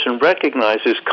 recognizes